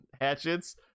hatchets